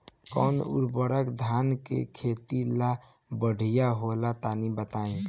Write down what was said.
कौन उर्वरक धान के खेती ला बढ़िया होला तनी बताई?